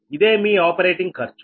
ఇదే మీ ఆపరేటింగ్ ఖర్చు